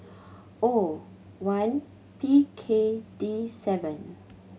O one P K D seven